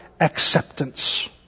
acceptance